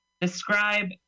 Describe